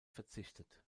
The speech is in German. verzichtet